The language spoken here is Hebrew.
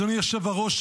אדוני היושב-ראש,